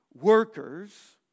workers